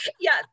yes